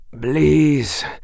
Please